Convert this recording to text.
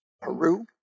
Peru